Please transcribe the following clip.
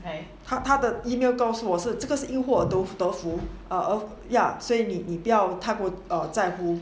他他的 email 告诉我是这个是因祸得福 err ya 你你不要太过在乎